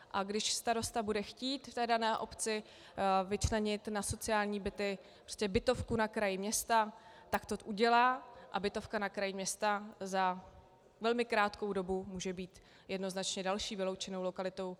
A když starosta bude chtít v dané obci vyčlenit na sociální byty bytovku na kraji města, tak to udělá, a bytovka na kraji města za velmi krátkou dobu může být jednoznačně další vyloučenou lokalitou.